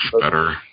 better